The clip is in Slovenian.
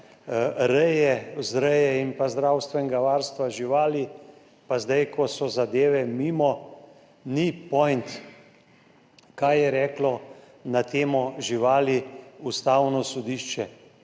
reje, vzreje in zdravstvenega varstva živali, pa zdaj, ko so zadeve mimo, ni point, kaj je reklo na temo živali Ustavno sodišče,